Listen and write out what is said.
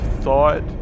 thought